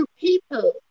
people